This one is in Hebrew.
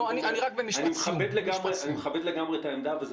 אני מכבד לגמרי את העמדה הזאת,